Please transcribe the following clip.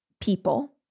people